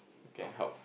can help